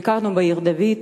ביקרנו בעיר-דוד,